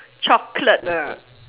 chocolate ah